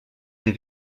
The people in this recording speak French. des